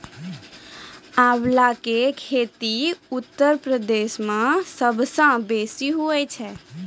आंवला के खेती उत्तर प्रदेश मअ सबसअ बेसी हुअए छै